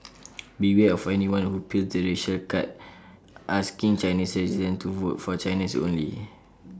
beware of anyone who plays the racial card asking Chinese residents to vote for Chinese only